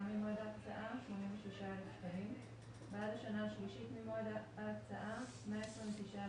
ממועד ההקצאה- 86,000 בעד השנה השלישית ממועד ההקצאה- 129,000